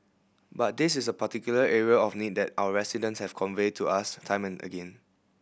but this is a particular area of need that our residents have conveyed to us time and again